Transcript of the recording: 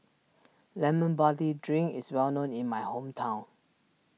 Lemon Barley Drink is well known in my hometown